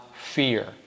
fear